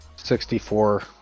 64